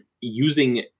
using